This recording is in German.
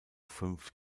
fünf